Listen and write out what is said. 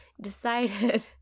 decided –